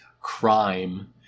crime